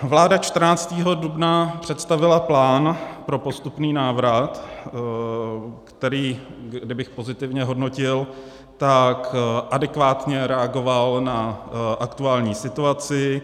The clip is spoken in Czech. Vláda 14. dubna představila plán pro postupný návrat, který kdybych pozitivně hodnotil, tak adekvátně reagoval na aktuální situaci.